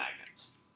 magnets